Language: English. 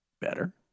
Better